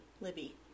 Libby